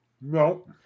No